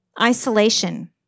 Isolation